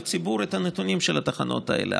לציבור את הנתונים של התחנות האלה.